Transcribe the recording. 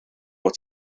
fod